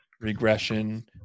regression